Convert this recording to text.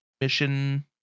mission